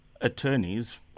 Attorneys